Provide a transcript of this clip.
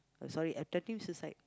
sorry attempting suicide